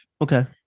Okay